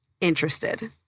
interested